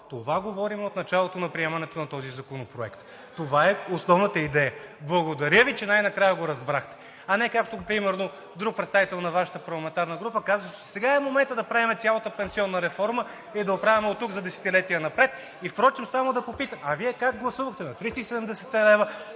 Това говорим от началото на приемането на този законопроект, това е основната идея. Благодаря Ви, че най-накрая го разбрахте. А не, както примерно друг представител на Вашата парламентарна група каза, че сега е моментът да правим цялата пенсионна реформа и да я оправяме оттук за десетилетия напред. Впрочем само да попитам: а Вие как гласувахте бе триста